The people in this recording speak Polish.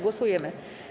Głosujemy.